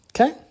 Okay